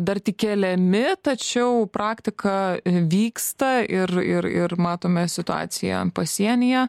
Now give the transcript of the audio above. dar tik keliami tačiau praktika vyksta ir ir ir matome situaciją pasienyje